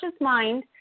mind